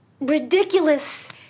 ridiculous